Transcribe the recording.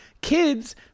kids